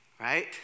right